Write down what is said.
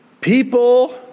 people